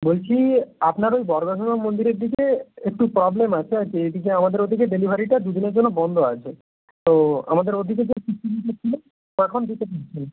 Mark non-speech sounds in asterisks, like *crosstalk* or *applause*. বলছি আপনার ওই বর্গভীমা মন্দিরের দিকে একটু প্রবলেম আছে আর কি এই দিকে আমাদের ওদিকে ডেলিভারিটা দুদিনের জন্য বন্ধ আছে তো আমাদের ওদিকে *unintelligible* ও এখন *unintelligible*